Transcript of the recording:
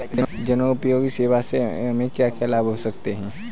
जनोपयोगी सेवा से हमें क्या क्या लाभ प्राप्त हो सकते हैं?